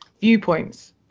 viewpoints